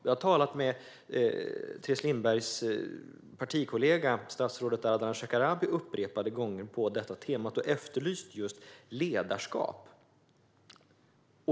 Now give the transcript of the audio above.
Jag har talat med Teres Lindbergs partikollega, statsrådet Ardalan Shekarabi, upprepade gånger på detta tema och efterlyst just ledarskap.